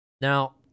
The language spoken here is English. Now